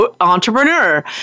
entrepreneur